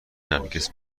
نرگس